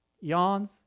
Yawns